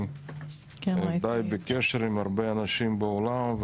אני עדיין בקשר עם הרבה אנשים בעולם,